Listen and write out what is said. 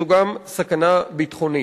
זה גם סכנה ביטחונית.